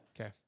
Okay